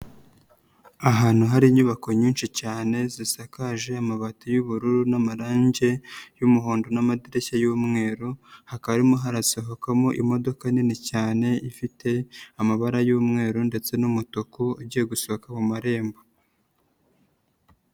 Ahantu hari inyubako nyinshi cyane zisakaje amabati y'ubururu n'amarangi y'umuhondo n'amadirishya y'umweru, hakaba harimo harasohokamo imodoka nini cyane ifite amabara y'umweru ndetse n'umutuku igiye gusohoka mu marembo.